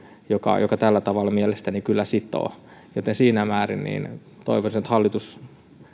joka joka tällä tavalla mielestäni kyllä sitoo joten siinä määrin toivoisin että hallitus